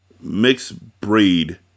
Mixed-breed